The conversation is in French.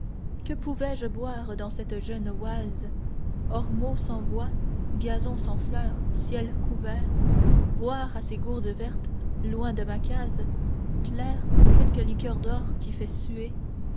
que pouvais-je boire dans cette jeune oise ormeaux sans voix gazon sans fleurs ciel couvert boire à ces gourdes vertes loin de ma case claire quelque liqueur d'or qui fait suer